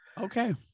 okay